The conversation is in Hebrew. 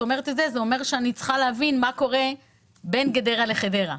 את אומרת את זה וזה אומר שאני צריכה להבין מה קורה בין גדרה לחדרה.